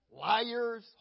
liars